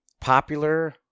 popular